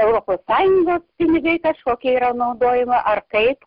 europos sąjungos pinigai kažkokie yra naudojama ar kaip